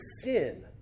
sin